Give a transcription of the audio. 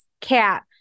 cat